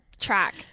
track